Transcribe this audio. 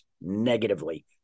negatively